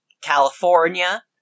California